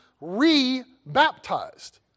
re-baptized